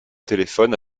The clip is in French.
téléphone